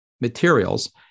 materials